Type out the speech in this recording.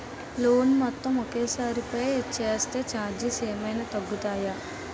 Loan మొత్తం ఒకే సారి పే చేస్తే ఛార్జీలు ఏమైనా తగ్గుతాయా?